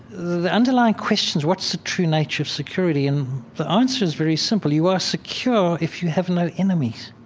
the the underlying question is what's the true nature of security? and the answer is very simple. you are secure if you have no enemies.